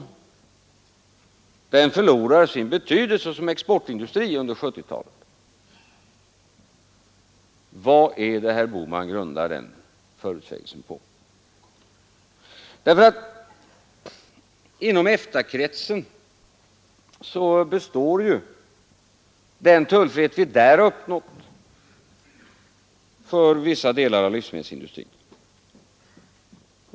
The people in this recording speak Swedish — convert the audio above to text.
Den förlorar sin betydelse som exportindustri under 1970-talet, sade herr Bohman. Vad grundar herr Bohman den förutsägelsen på? Inom EFTA-kretsen består ju alltjämt den tullfrihet vi där har uppnått för vissa delar av livsmedelsindustrin.